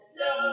no